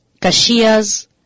cashiers